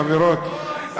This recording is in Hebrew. חברות,